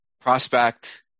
prospect